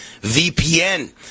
VPN